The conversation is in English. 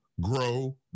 grow